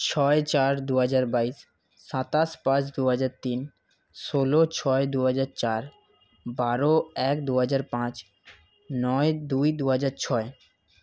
ছয় চার দুহাজার বাইশ সাতাশ পাঁচ দুহাজার তিন ষোলো ছয় দুহাজার চার বারো এক দুহাজার পাঁচ নয় দুই দুহাজার ছয়